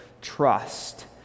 trust